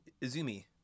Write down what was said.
Izumi